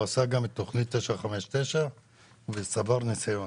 הוא עשה גם את תכנית 959 וצבר ניסיון.